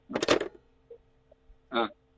മ്മ് ആ